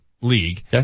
league